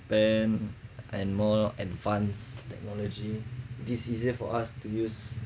japan and more and fun's technology this easier for us to use